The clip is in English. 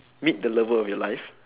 meet the lover of your life